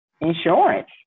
insurance